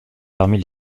parmi